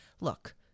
look